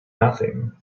nothing